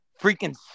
freaking